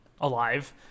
alive